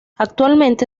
actualmente